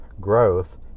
growth